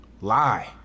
lie